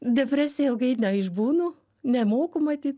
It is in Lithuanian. depresija ilgai neišbūnu nemoku matyt